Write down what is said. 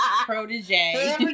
protege